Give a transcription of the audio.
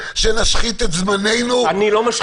אבל אני לא רוצה שנשחית את זמננו על משהו